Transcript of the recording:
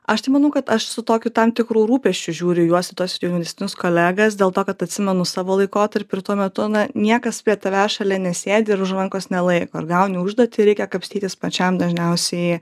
aš tai manau kad aš su tokiu tam tikru rūpesčiu žiūri į juos į tuos jaunesnius kolegas dėl to kad atsimenu savo laikotarpį ir tuo metu na niekas prie tavęs šalia nesėdi ir už rankos nelaiko ir gauni užduotį ir reikia kapstytis pačiam dažniausiai